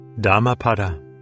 Dhammapada